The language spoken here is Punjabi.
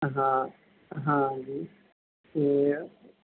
ਹਾਂ ਹਾਂਜੀ ਅਤੇ